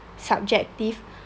subjective